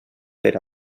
per